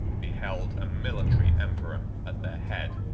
beheld a military emperor at their head.